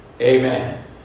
Amen